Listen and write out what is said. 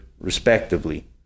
respectively